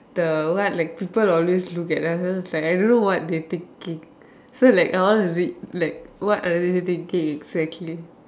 the what like people always look at like us then I was like I don't know what they thinking so like I want to read like what are they thinking exactly